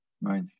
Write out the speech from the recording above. Right